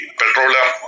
petroleum